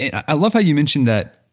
i love how you mentioned that,